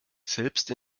selbst